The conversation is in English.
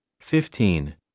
fifteen